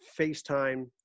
FaceTime